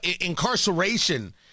incarceration